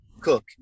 cook